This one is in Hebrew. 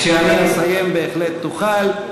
כשאני אסיים בהחלט תוכל.